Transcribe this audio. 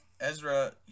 Ezra